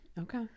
okay